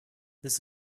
this